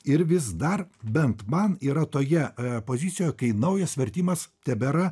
ir vis dar bent man yra toje pozicijoje kai naujas vertimas tebėra